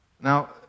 Now